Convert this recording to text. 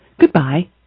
Goodbye